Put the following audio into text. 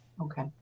Okay